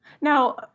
Now